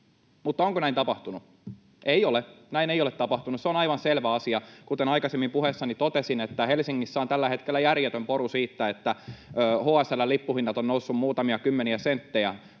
mutta onko näin tapahtunut? Ei ole, näin ei ole tapahtunut, se on aivan selvä asia. Kuten aikaisemmin puheessani totesin, Helsingissä on tällä hetkellä järjetön poru siitä, että HSL:n lippuhinnat ovat nousseet muutamia kymmeniä senttejä,